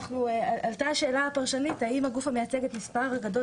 עלתה השאלה הפרשנית האם הגוף המייצג את המספר הגדול